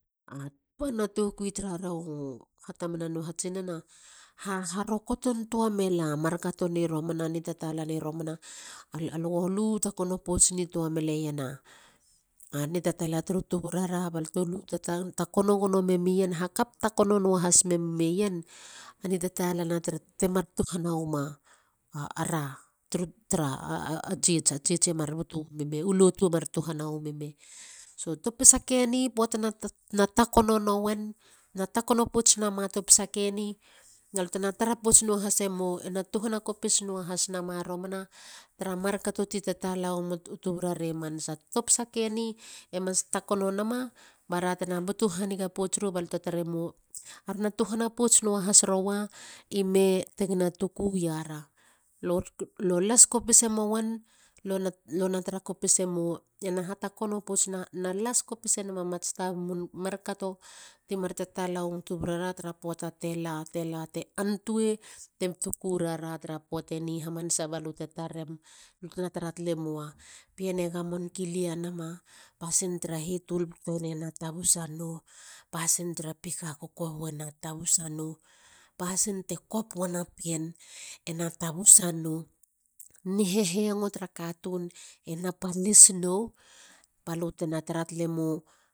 A pana tokui tararo hatamana na hatsinana harokoto mei a nitatalani romana na ni tatala turu tuburara balte lu takono gono memeien timar tuhana wimara turu lotu. u lotu e mar butu wime. topisa keni tena takono pouts nowen balte na tara pouts nua lasemo te na tuhana kopis nowa has nama. ena las kopis enama ta bubum mar kato ti mar tatawu tuburara tra poata te. te la. te la. te antue temi tuku rara tara poateni hamanasa balute tarem. Balutena tara talemowa pien e gamon kilia nama pasin tra hitul tetene. na tabusanou. pasin trapika kokobu ena tabusa nou. pasin te kopwena pien ena tabusa nou. ni hehengo tara katun. ena palis nou. balutena tara talemou.